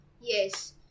Yes